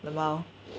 LMAO